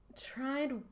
tried